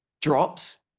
drops